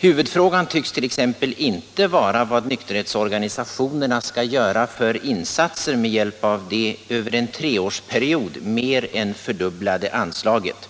Huvudfrågan tycks t.ex. inte vara vad nykterhetsorganisationerna skall göra för insatser med hjälp av det över en treårsperiod mer än fördubblade anslaget,